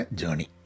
journey